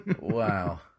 wow